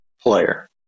player